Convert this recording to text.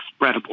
spreadable